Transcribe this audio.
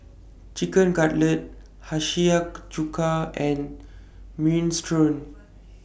Chicken Cutlet Chuka and Minestrone